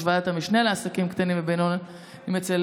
ועדת המשנה לעסקים קטנים ובינוניים אצל